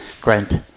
grant